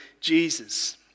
Jesus